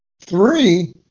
Three